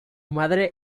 madre